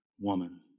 woman